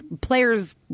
Players